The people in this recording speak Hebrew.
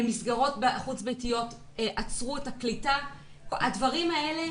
מסגרות חוץ ביתיות עצרו את הקליטה והדברים האלה,